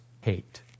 hate